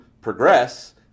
progress